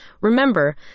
Remember